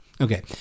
Okay